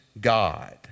God